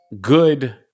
good